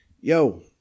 yo